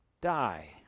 die